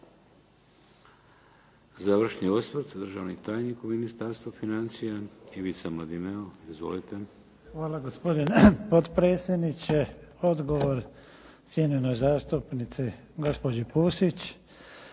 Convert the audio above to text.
Završni osvrt državni tajnik u Ministarstvu financija Ivica Mladineo. Izvolite. **Mladineo, Ivica** Hvala. Gospodine potpredsjedniče. Odgovor cijenjenoj zastupnici gospođi Pusić.